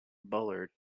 bullard